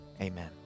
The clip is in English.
Amen